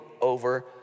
over